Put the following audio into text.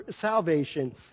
salvation